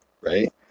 right